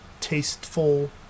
tasteful